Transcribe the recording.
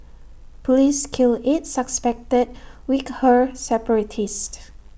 Police kill eight suspected Uighur separatists